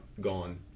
gone